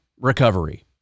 recovery